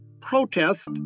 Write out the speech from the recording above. protest